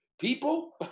people